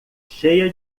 cheia